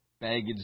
baggage